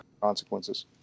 consequences